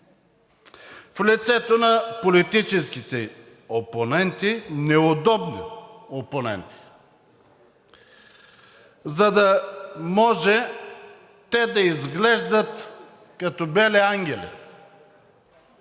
в лицето на политическите опоненти, неудобни опоненти, за да може те да изглеждат като бели ангели.